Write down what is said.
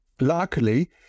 Luckily